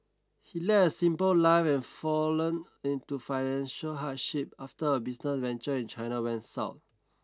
he led a simple life and fallen into financial hardship after a business venture in China went south